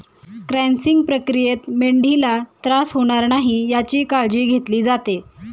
crunching प्रक्रियेत मेंढीला त्रास होणार नाही याची काळजी घेतली जाते